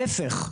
ההיפך,